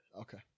Okay